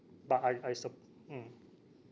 but I I supp~ mm